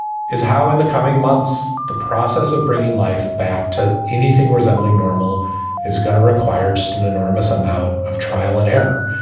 is how in the coming months the process of bringing life back to anything resembling normal is going to require just an enormous amount of trial and error.